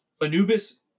Anubis